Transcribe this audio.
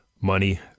money